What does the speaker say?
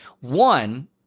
One